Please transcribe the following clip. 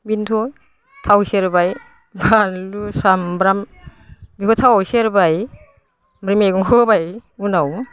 बेनोथ' थाव सेरबाय बानलु सामब्राम बेबो थाव सेरबाय ओमफ्राय मैगंखो होबाय उनाव